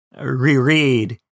reread